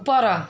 ଉପର